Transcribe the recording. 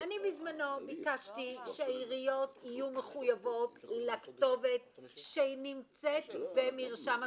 אני בזמנו ביקשתי שהעיריות יהיו מחויבות לכתובת שנמצאת במרשם התושבים,